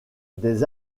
des